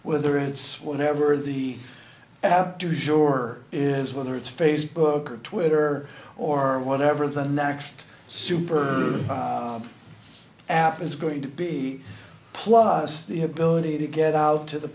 whether it's whatever the app do sure is whether it's facebook or twitter or whatever the next super app is going to be plus the ability to get out to the